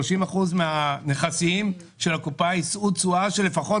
ש-30% מהנכסים של הקופה יישאו תשואה של לפחות